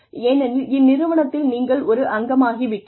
ஏனெனில் இந்நிறுவனத்தில் நீங்கள் ஒரு அங்கமாகி விட்டீர்கள்